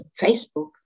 Facebook